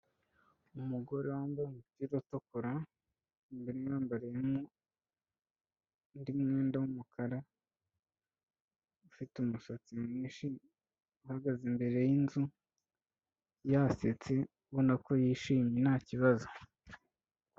Umugore wambaye umupira utukura, imbere yambariyemo undi mwenda w'umukara, ufite umusatsi mwinshi uhagaze imbere y'inzu yasetse ubona ko yishimye ntakibazo.